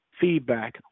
feedback